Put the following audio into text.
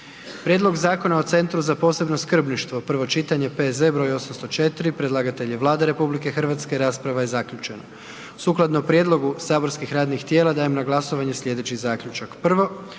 Prijedlog zakona o Centru za posebno skrbništvo, prvo čitanje, P.Z. br. 804. Predlagatelj je Vlada RH, rasprava je zaključena. Sukladno prijedlogu saborskih radnih tijela dajem na glasovanje sljedeći zaključak: